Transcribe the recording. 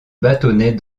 bâtonnets